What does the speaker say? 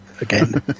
again